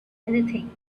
anything